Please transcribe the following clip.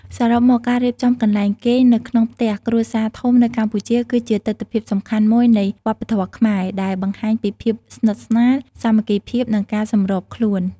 សរុបមក ការរៀបចំកន្លែងគេងនៅក្នុងផ្ទះគ្រួសារធំនៅកម្ពុជា គឺជាទិដ្ឋភាពសំខាន់មួយនៃវប្បធម៌ខ្មែរ ដែលបង្ហាញពីភាពស្និទ្ធស្នាល សាមគ្គីភាព និងការសម្របខ្លួន។